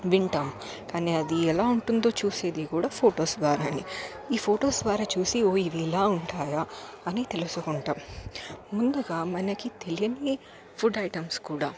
వింటాం కానీ అది ఎలా ఉంటుందో చూసేది కూడా ఫొటోస్ ద్వారానే ఈ ఫొటోస్ ద్వారా చూసి ఓ ఇది ఇలా ఉంటాయా అని తెలుసుకుంటాము ముందుగా మనకి తేలిని ఫుడ్ ఐటమ్స్ కూడా